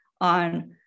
on